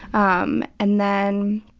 um and then